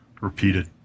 repeated